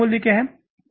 अब विक्रय मूल्य क्या है